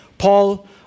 Paul